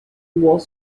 was